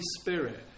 Spirit